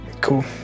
cool